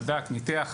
בדק וניתח,